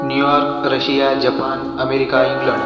New York Russia Japan America England